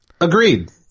Agreed